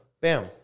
bam